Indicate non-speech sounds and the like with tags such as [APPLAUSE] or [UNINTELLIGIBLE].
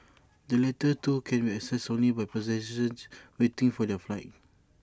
the latter two can be accessed only by [UNINTELLIGIBLE] [NOISE] waiting for their flights